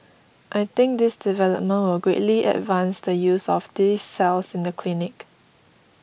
I think this development will greatly advance the use of these cells in the clinic